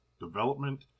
development